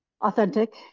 authentic